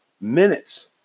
minutes